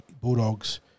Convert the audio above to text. Bulldogs